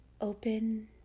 open